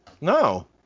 No